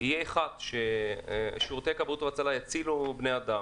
יהיה אחד ששירותי כבאות והצלה יצילו בני אדם,